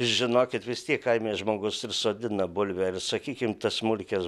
žinokit vis tiek kaime žmogus ir sodina bulvę ir sakykim tas smulkias